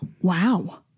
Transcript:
Wow